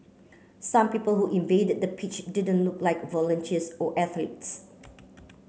some people who invaded the pitch didn't look like volunteers or athletes